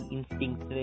Instincts